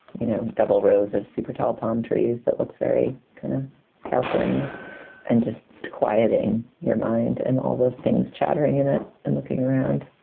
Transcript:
you know, double rows of super tall palm trees that looks looks very kind of california and just quieting your mind and all the things chattering in it and looking around,